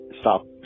stop